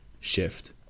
shift